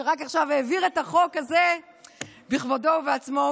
שרק עכשיו העביר את החוק הזה בכבודו ובעצמו,